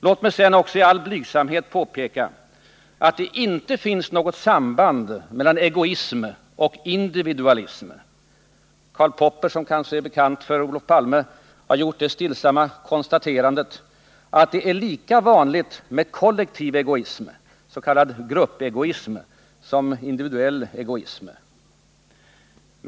Låt mig också i all blygsamhet påpeka att det inte finns något samband mellan egoism och individualism. Karl Popper, som kanske är bekant för Olof Palme, har gjort det stillsamma konstaterandet att det är lika vanligt med kollektiv egoism, s.k. gruppegoism, som med individuell egoism.